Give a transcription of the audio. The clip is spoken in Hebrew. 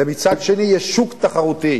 ומצד שני יש שוק תחרותי.